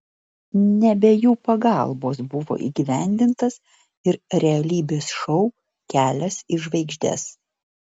ne be jų pagalbos buvo įgyvendintas ir realybės šou kelias į žvaigždes